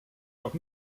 auch